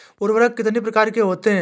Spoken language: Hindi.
उर्वरक कितनी प्रकार के होते हैं?